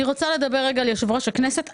אני רוצה לדבר על יושב-ראש הכנסת.